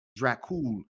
Dracul